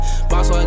Boss